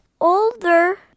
older